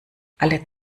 alle